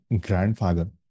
grandfather